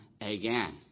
again